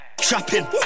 Trapping